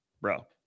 bro